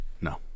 No